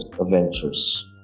adventures